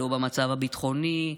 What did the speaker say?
לא במצב הביטחוני,